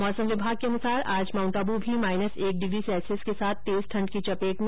मौसम विभाग के अनुसार आज माउंटआबू भी माईनस एक डिग्री सैल्सियस के साथ तेज ठण्ड की चपेट में है